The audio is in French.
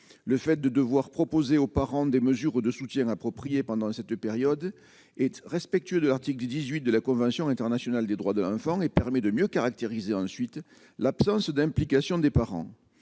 le fait de devoir proposer aux parents des mesures de soutien approprié pendant cette période et respectueux de l'article du 18 de la convention internationale des droits de l'enfant et permet de mieux caractériser ensuite l'absence d'implication des parents